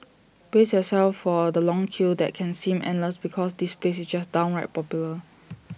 brace yourself for the long queue that can seem endless because this place is just downright popular